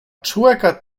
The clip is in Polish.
człeka